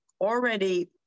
already